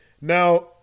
Now